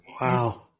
Wow